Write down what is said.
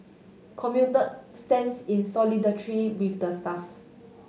commuter stands in solidarity with the staff